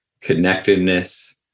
connectedness